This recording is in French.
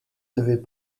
devaient